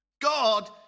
God